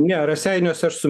ne raseiniuose aš su